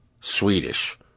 Swedish